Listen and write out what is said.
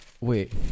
Wait